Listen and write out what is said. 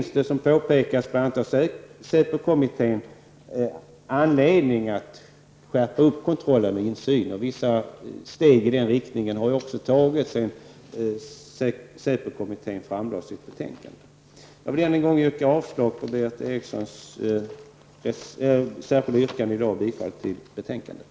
Såsom påpekats av bl.a. SÄPO-kommittén, finns det anledning att skärpa kontrollen och insynen. Vissa steg i den riktningen har också tagits sedan Jag vill än en gång yrka avslag på Berith Erikssons särskilda yrkanden och bifall till utskottets hemställan.